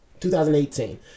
2018